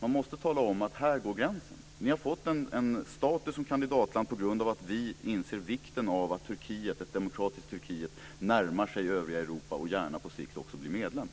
Man måste tala om var gränsen går. Turkiet har fått status som kandidatland på grund av att vi inser vikten av att ett demokratiskt Turkiet närmar sig övriga Europa och gärna på sikt också blir medlem.